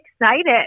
excited